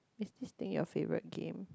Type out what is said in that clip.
is this thing your favourite game